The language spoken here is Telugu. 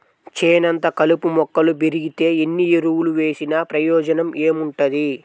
చేనంతా కలుపు మొక్కలు బెరిగితే ఎన్ని ఎరువులు వేసినా ప్రయోజనం ఏముంటది